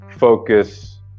focus